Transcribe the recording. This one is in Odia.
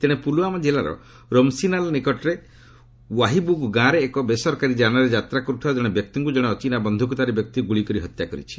ତେଣେ ପୁଲ୍ୱାମା କିଲ୍ଲାର ରୋମ୍ସିନାଲା ନିକଟରେ ୱାହିବୁଗ୍ ଗାଁରେ ଏକ ବେସରକାରୀ ଯାନରେ ଯାତ୍ରା କର୍ଥିବା ଜଣେ ବ୍ୟକ୍ତିଙ୍କୁ ଜଣେ ଅଚିହ୍ନା ବନ୍ଧୁକଧାରୀ ବ୍ୟକ୍ତି ଗୁଳି କରି ହତ୍ୟା କରିଛି